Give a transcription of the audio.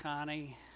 Connie